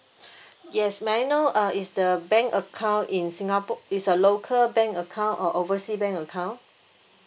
yes may I know uh is the bank account in singapore is a local bank account or oversea bank account